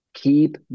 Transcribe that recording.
Keep